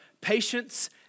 patience